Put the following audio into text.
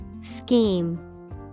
Scheme